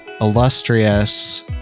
illustrious